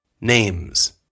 Names